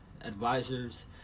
Advisors